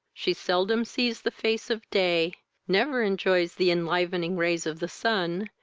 she seldom sees the face of day never enjoys the enlivening rays of the sun,